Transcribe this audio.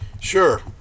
Sure